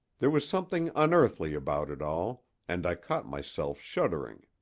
there was something unearthly about it all, and i caught myself shuddering.